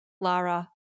Lara